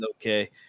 okay